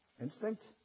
instinct